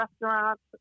restaurants